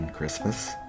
Christmas